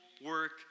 work